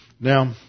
Now